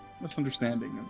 misunderstanding